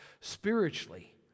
spiritually